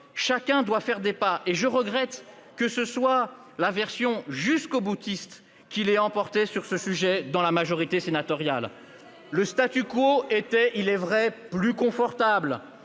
chacun doit faire des pas, et je regrette que la version jusqu'au-boutiste l'ait emporté dans la majorité sénatoriale. Le était, il est vrai, plus confortable.